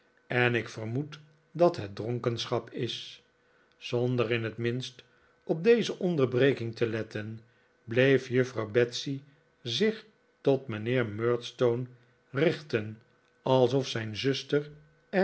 en ik vermoed dat hel dronkenschap is zonder in het minst op deze onderbreking te letten bleef juffrouw betsey zich tot mijnheer murdstone richten alsof zijn zuster